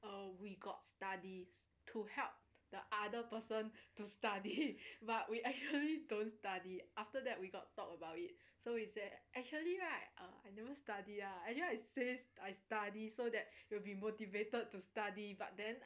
oh we got studies to help the other person to study but we actually don't study after that we got talk about it so it's actually right uh I never study ah actually I says I study so that will be motivated to study but then